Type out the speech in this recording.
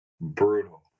Brutal